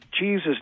Jesus